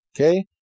Okay